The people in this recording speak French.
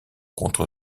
contre